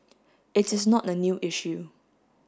it is not a new issue